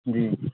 جی